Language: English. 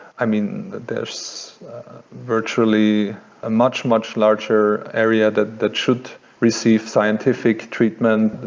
i mean, there's virtually a much, much larger area that that should receive scientific treatment,